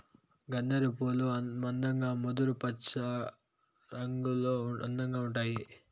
గన్నేరు పూలు మందంగా ముదురు పచ్చరంగులో అందంగా ఉంటాయి